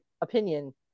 opinion